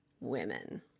women